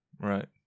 Right